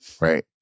right